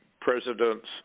presidents